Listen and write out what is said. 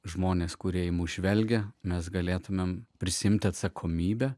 žmones kurie į mus žvelgia mes galėtumėm prisiimti atsakomybę